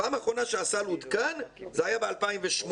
פעם אחרונה שהסל עודכן זה היה ב-2008.